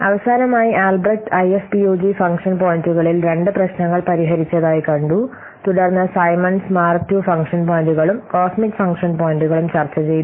അവസാനമായി Albrecht IFPUG function പോയിന്റുകളിൽ Albrecht IFPUG function point രണ്ട് പ്രശ്നങ്ങൾ പരിഹരിച്ചതായി കണ്ടു തുടർന്ന് സൈമൺസ് മാർക്ക് II ഫംഗ്ഷൻ പോയിന്റുകളും കോസ്മിക് ഫംഗ്ഷൻ പോയിന്റുകളും ചർച്ചചെയ്തു